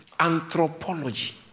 Anthropology